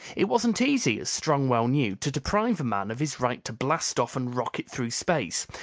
it wasn't easy, as strong well knew, to deprive a man of his right to blast off and rocket through space,